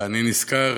אני נזכר,